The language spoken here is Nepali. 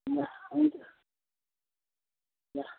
ल हुन्छ ल